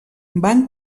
van